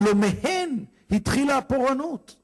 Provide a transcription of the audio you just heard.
למהן התחילה הפורענות